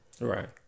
Right